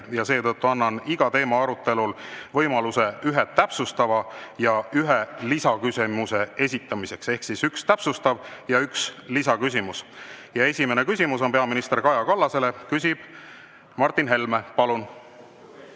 Seetõttu annan iga teema arutelul võimaluse ühe täpsustava ja ühe lisaküsimuse esitamiseks. Üks täpsustav ja üks lisaküsimus. Esimene küsimus on peaminister Kaja Kallasele, küsib Martin Helme. Palun!